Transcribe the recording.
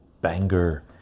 banger